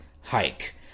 hike